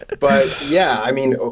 but, yeah. i mean,